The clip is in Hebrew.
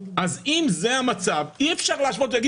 אז אם זה המצב אי אפשר להשוות ולהגיד